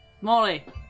Molly